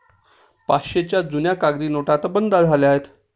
पाचशेच्या जुन्या कागदी नोटा आता बंद झाल्या आहेत